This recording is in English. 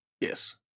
Yes